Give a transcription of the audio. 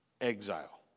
exile